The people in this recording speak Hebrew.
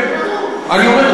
אני אומר,